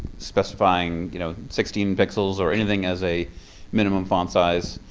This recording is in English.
specifying you know sixteen pixels or anything as a minimum font size.